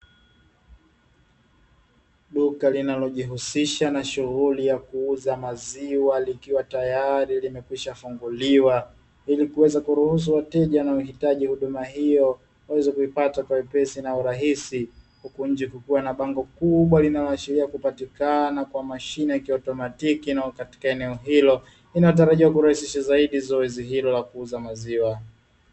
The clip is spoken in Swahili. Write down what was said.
Duka linalojihusisha na shughuli ya kuuza maziwa likiwa tayari limekwisha funguliwa ili kuweza kuruhusu wateja na wahitaji huduma hiyo waweze kipata kwa wepesi na urahisi, huku nje kukiwa na bango kubwa linaloashiria kupatikana kwa mashine ya kiautomatiki katika eneo hilo inayotarajia kurahisisha zoezi hilo la uuzaji wa maziwa.